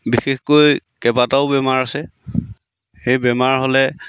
বিশেষকৈ কেইবাটাও বেমাৰ আছে সেই বেমাৰ হ'লে